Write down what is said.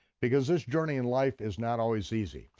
because this journey in life is not always easy.